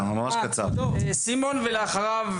סימון ואחריו משה.